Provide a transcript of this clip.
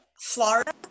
Florida